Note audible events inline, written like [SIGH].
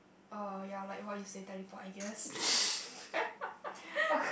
uh ya like what you say teleport I guess [LAUGHS]